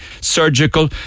surgical